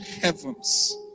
heavens